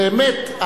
באמת,